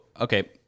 okay